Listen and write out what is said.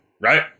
right